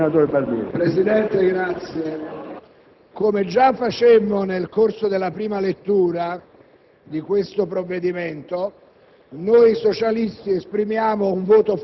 Presidente, come già facemmo nel corso della prima lettura di questo provvedimento,